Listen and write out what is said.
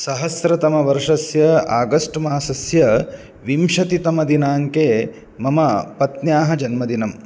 सहस्रतमवर्षस्य August मासस्य विंशतितमदिनाङ्के मम पत्न्याः जन्मदिनम्